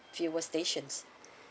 fuel stations